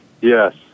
Yes